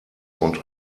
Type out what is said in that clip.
und